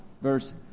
Verse